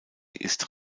ist